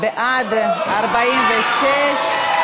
בעד, 46,